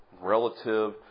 relative